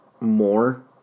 more